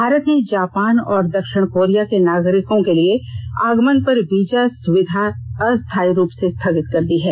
भारत ने जापान और दक्षिण कोरिया के नागरिकों के लिए आगमन पर वीजा सुविधा अस्थाायी रूप से स्थागित कर दी है